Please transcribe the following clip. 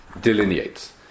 delineates